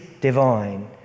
divine